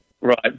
Right